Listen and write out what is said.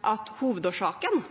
at hovedårsaken